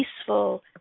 peaceful